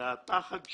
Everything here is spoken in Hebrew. הפחד שלי,